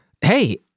Hey